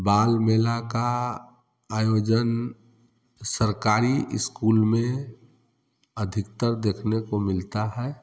बाल मेला का आयोजन सरकारी इस्कूल में अधिकतर देखने को मिलता है